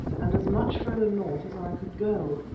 and as much further north as i could go.